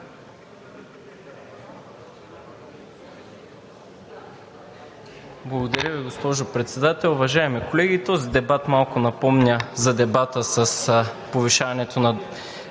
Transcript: Благодаря Ви, госпожо Председател. Уважаеми колеги, този дебат малко напомня за дебата с повишаването на